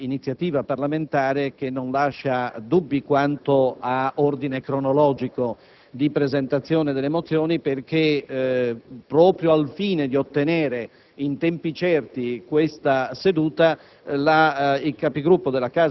sulla base di un'iniziativa parlamentare che non lascia dubbi quanto ad ordine cronologico di presentazione delle mozioni. Infatti, proprio al fine di ottenere la fissazione in tempi certi di questa seduta,